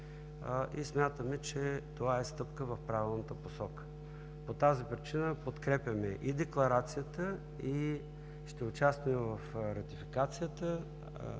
и смятаме, че това е стъпка в правилната посока. По тази причина подкрепяме Декларацията и ще участваме в ратификацията